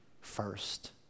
first